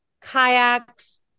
kayaks